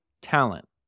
talent